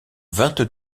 vingt